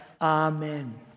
Amen